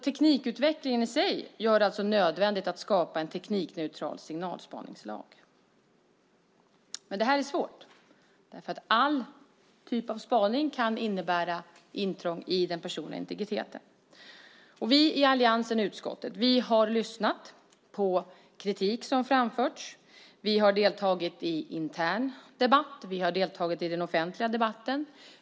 Teknikutvecklingen i sig gör det alltså nödvändigt att skapa en teknikneutral signalspaningslag. Men det här är svårt, därför att all typ av spaning kan innebära intrång i den personliga integriteten. Vi i alliansen och utskottet har lyssnat på den kritik som har framförts, och vi har deltagit i intern debatt och i den offentliga debatten.